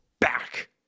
back